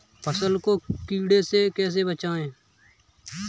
फसल को कीड़े से कैसे बचाएँ?